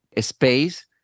space